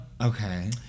Okay